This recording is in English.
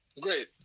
Great